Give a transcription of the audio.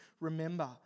remember